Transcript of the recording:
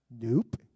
Nope